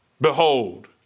behold